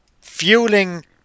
fueling